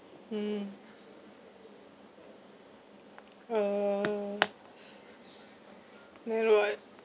mm uh narrow what